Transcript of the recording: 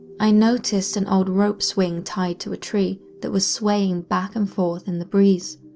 i noticed an old rope swing tied to a tree that was swaying back and forth in the breeze,